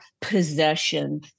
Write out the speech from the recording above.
possession